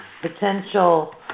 potential